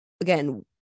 again